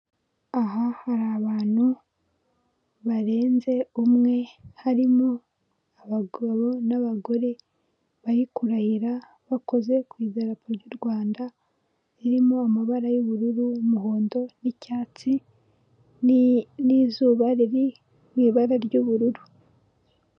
Aha hari abantu barenze umwe harimo abagabo n'abagore, bari kurahira bakoze ku idarapo ry'u Rwanda ririmo amabara y'ubururu, umuhondo n'icyatsi, n'izuba riri mu ibara ry'ubururu.